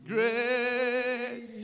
Great